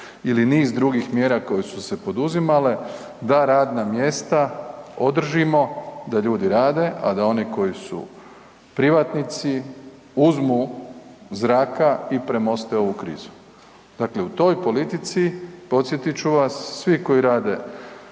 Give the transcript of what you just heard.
ili niz drugih mjera koje su se poduzimale da radna mjesta održimo, da ljudi rade, a da one koji su privatnici uzmu zraka i premoste ovu krizu. Dakle, u toj politici, podsjetit ću vas, svi koji rade